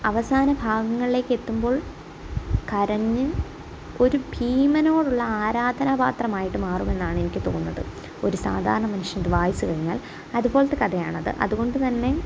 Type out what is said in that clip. അവസാന ഭാഗങ്ങളിലേക്കെത്തുമ്പോൾ കരഞ്ഞ് ഒരു ഭീമനോടുള്ള ആരാധനാ പാത്രമായിട്ട് മാറുമെന്നാണ് എനിക്ക് തോന്നുന്നത് ഒരു സാധാരണ മനുഷ്യൻ ഇത് വായിച്ച് കഴിഞ്ഞാൽ അതുപോലത്തെ കഥയാണത് അതുകൊണ്ട് തന്നെ